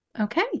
Okay